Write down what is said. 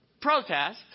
protest